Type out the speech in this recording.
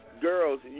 girls